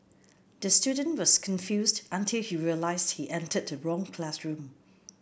the student was confused until he realised he entered the wrong classroom